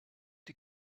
die